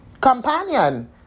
companion